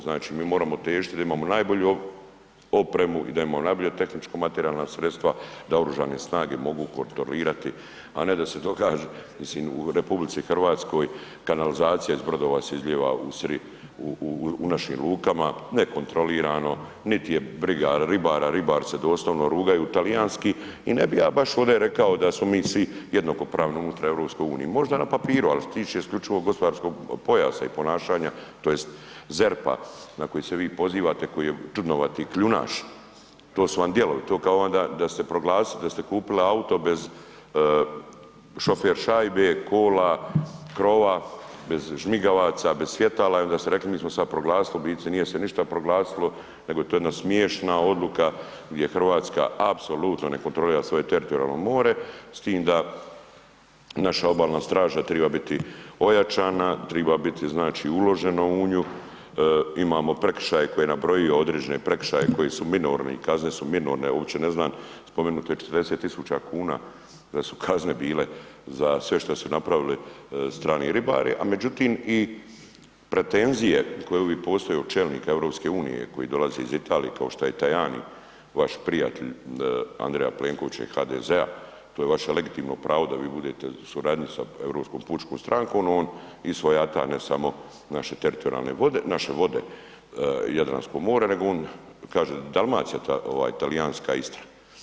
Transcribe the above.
Znači mi moramo težiti da imamo najbolju opremu i da imamo najbolja tehničko materijalna sredstava da Oružane snage mogu kontrolirati, a ne da se događa, mislim u RH kanalizacija iz brodova se izlijeva u našim lukama nekontrolirano, nit je briga ribara, ribari se doslovno rugaju talijanski i ne bi baš ja ovde rekao da smo mi svi jednakopravni unutar EU, možda na papiru, ali što se tiče isključivo gospodarskog pojasa i ponašanja tj. ZERP-a na koji se vi pozivate koji je čudnovati kljunaš, to su vam dijelovi to kao da ste proglasili, da ste kupili auto bez šofer šajbe, kola, krova, bez žmigavaca, bez svjetala i onda ste rekli, mi smo sad proglasili u biti nije se ništa proglasilo nego je to jedna smiješna odluka gdje Hrvatska apsolutno ne kontrolira svoje teritorijalno more s tim da naša obalna straža triba biti ojačana, triba biti znači uloženo u nju, imamo prekršaj koji je nabrojio, određene prekršaje koji su minorni i kazne su minorne, uopće ne znam spomenuto je 40.000 kuna da su kazne bile za sve što su napravili strani ribari, a međutim i pretenzije koje uvik postoje od čelnika EU koji dolaze iz Italije, kao što je Tajani, vaš prijatelj Andreja Plenkovića i HDZ-a, to je vaše legitimno pravo da vi bude u suradnji sa Europskom pučkom strankom on i svojata ne samo naše teritorijalne vode, naše vode Jadransko more, nego on kaže Dalmacija ovaj talijanska Istra.